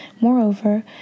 Moreover